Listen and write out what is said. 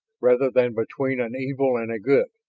rather than between an evil and a good